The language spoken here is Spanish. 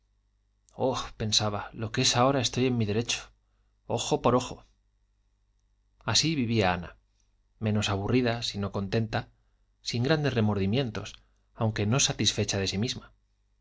oh pensaba lo que es ahora estoy en mi derecho ojo por ojo así vivía ana menos aburrida si no contenta sin grandes remordimientos aunque no satisfecha de sí misma ni